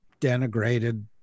denigrated